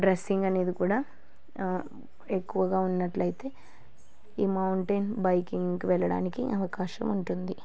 dressing అనేది కూడా ఎక్కువగా ఉన్నట్టు అయితే ఈ మౌంటైన్ బైకింగ్ వెళ్ళడానికి అవకాశం ఉంటుంది